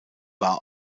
war